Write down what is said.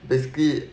basically